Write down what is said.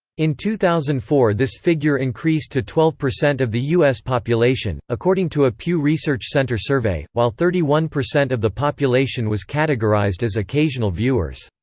in two thousand and four this figure increased to twelve percent of the u s. population, according to a pew research center survey, while thirty one percent of the population was categorized as occasional viewers.